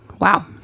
Wow